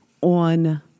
on